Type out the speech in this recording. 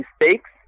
Mistakes